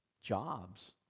jobs